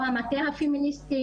או המטה הפמיניסטי,